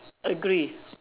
agree